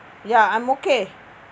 ya I'm okay